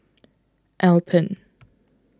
Alpen